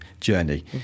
journey